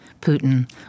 Putin